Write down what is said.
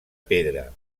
pedra